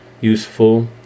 useful